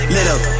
Little